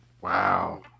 Wow